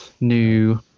new